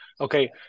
okay